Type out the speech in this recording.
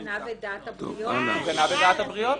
כשאתה אומר שהוא גנב את דעת הבריות --- הוא גנב את דעת הבריות,